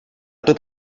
tot